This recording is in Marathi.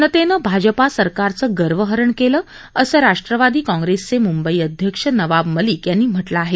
जनतेनं भाजपा सरकारचं गर्वहरण केलं असं राष्ट्रवादी काँग्रेसचे मंंबई अध्यक्ष नवाब मलिक यांनी म्हटलं आहे